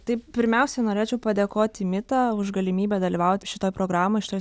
tai pirmiausia norėčiau padėkoti mita už galimybę dalyvauti šitoj programoj šitoj